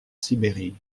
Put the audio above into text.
sibérie